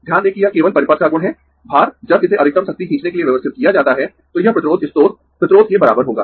ध्यान दें कि यह केवल परिपथ का गुण है भार जब इसे अधिकतम शक्ति खींचने के लिए व्यवस्थित किया जाता है तो यह प्रतिरोध स्रोत प्रतिरोध के बराबर होगा